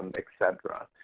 and et cetera.